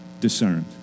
discerned